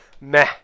meh